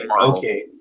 okay